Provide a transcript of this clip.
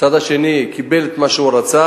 הצד השני קיבל את מה שהוא רצה,